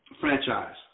franchise